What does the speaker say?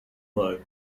though